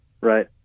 right